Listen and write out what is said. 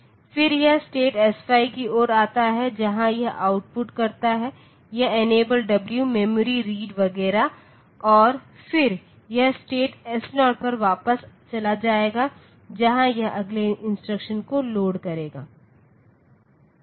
फिर यह state s5 की ओर आता है जहां यह आउटपुट करता है यह इनेबल w मेमोरी रीड वगैरह और फिर यह स्टेट s0 पर वापस चला जाएगा जहां यह अगले इंस्ट्रक्शन को लोड करेगा